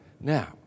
Now